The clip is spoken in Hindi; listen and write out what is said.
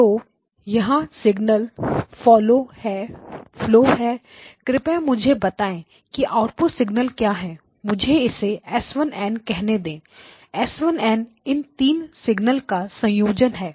तो तो यहाँ सिग्नल फ्लो है कृपया मुझे बताएं कि आउटपुट सिग्नल क्या हैं मुझे इसे s n कहने दे s n इन तीन सिग्नलों का संयोजन है